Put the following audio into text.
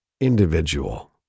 individual